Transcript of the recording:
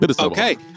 okay